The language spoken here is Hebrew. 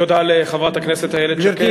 תודה לחברת הכנסת איילת שקד.